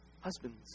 husbands